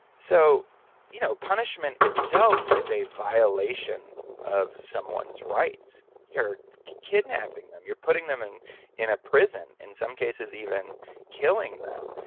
so you know punishment itself is a violation of someone's rights. you're kidnapping them, you're putting them in in a prison, in some cases even killing them.